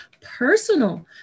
personal